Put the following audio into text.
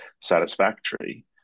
satisfactory